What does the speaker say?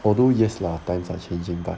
although yes lah times are changing but